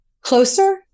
Closer